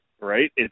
right